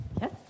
yes